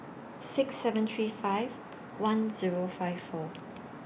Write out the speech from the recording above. six seven three five one Zero five four